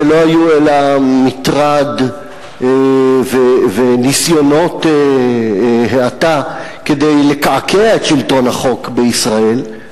שלא היו אלא מטרד וניסיונות האטה כדי לקעקע את שלטון החוק בישראל,